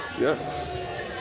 Yes